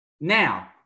now